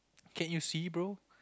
can you see bro